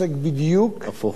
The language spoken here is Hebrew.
עוסק בדיוק, הפוך.